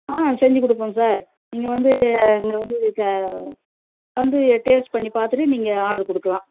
ஆ செஞ்சுக் கொடுப்போம் சார் நீங்கள் வந்து இங்கே வந்து க வந்து டேஸ்ட் பண்ணி பார்த்துட்டு நீங்கள் ஆடர் கொடுக்கலாம்